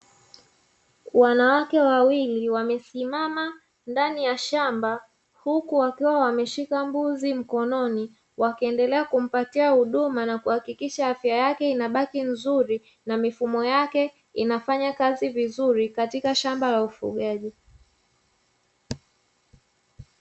Wanawake wawili wamesimama ndani ya shamba huku wakiwa wameshika mbuzi mkononi, wakiendelea kumpatia huduma na kuhakikisha afya yake inabaki nzuri na mifumo yake inafanya kazi vizuri katika shamba la wafugaji.